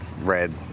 red